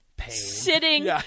sitting